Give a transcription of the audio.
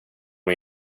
att